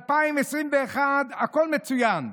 ב-2021 הכול מצוין,